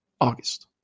August